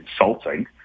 insulting